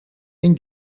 این